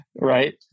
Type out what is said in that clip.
Right